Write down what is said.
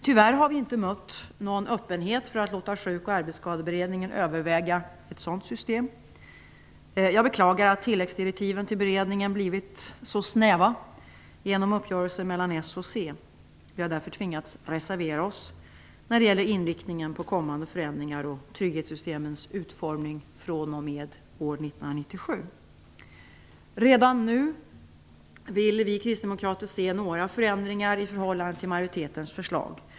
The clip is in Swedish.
Tyvärr har vi inte mött någon öppenhet för att låta Sjuk och arbetsskadeberedningen överväga ett sådant system. Jag beklagar att tilläggsdirektiven till beredningen blivit så snäva genom uppgörelsen mellan Socialdemokraterna och Centern. Vi har därför tvingats reservera oss när det gäller inriktningen på kommande förändringar och trygghetssystemens utformning fr.o.m. år 1997. Redan nu vill vi kristdemokrater se några förändringar i förhållande till majoritetens förslag.